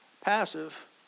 passive